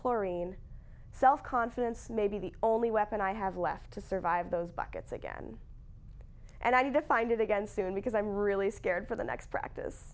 chlorine self confidence may be the only weapon i have left to survive those buckets again and i need to find it again soon because i'm really scared for the next practice